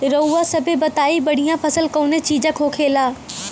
रउआ सभे बताई बढ़ियां फसल कवने चीज़क होखेला?